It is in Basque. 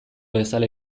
bezala